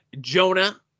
Jonah